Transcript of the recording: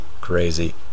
Crazy